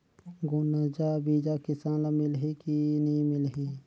गुनजा बिजा किसान ल मिलही की नी मिलही?